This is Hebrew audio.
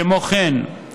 כמו כן,